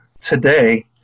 today